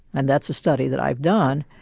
and that's a study that i've done,